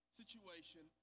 situation